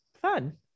fun